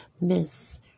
Miss